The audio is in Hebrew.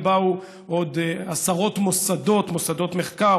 באו עוד עשרות מוסדות: מוסדות מחקר,